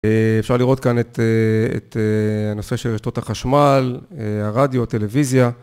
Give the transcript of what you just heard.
אפשר לראות כאן את הנושא של רשתות החשמל, הרדיו, הטלוויזיה.